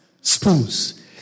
spoons